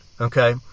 Okay